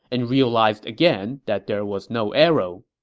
and realized again that there was no arrow.